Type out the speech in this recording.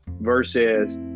versus